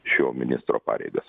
šio ministro pareigas